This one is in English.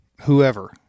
whoever